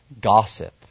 gossip